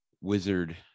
wizard